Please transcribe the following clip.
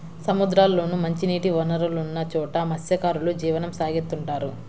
సముద్రాల్లోనూ, మంచినీటి వనరులున్న చోట మత్స్యకారులు జీవనం సాగిత్తుంటారు